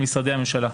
שבין משרדי הממשלה?